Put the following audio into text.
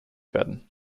werden